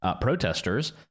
protesters